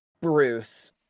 Bruce